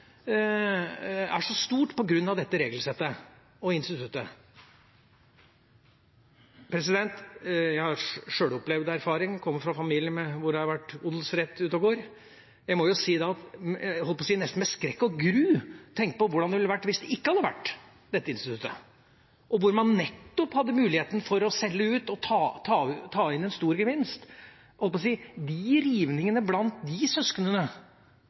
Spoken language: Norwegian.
er stort på grunn av dette regelsettet og instituttet. Jeg har sjøl erfaring med dette. Jeg kommer fra en familie hvor det har vært odelsrett ute og gått. Jeg må si at jeg nesten med skrekk og gru tenker på hvordan det hadde vært hvis vi ikke hadde hatt dette instituttet og man nettopp hadde hatt muligheten til å selge ut og ta inn en stor gevinst. De rivningene blant de søsknene